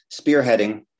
spearheading